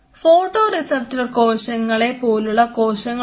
photoreceptor കോശങ്ങളെ പോലുള്ള കോശങ്ങളുണ്ട്